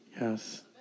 Yes